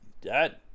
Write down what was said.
Dead